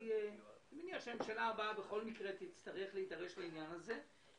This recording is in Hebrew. אני מניח שהממשלה הבאה תצטרך להידרש לעניין הזה בכל מקרה.